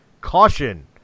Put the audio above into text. CAUTION